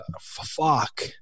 fuck